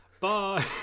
Bye